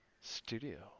Studio